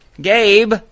gabe